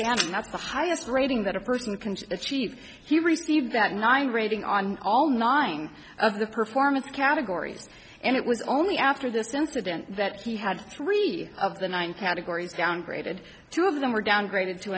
that's the highest rating that a person can achieve he received that nine rating on all nine of the performance categories and it was only after this incident that he had three of the nine categories downgraded two of them were downgraded to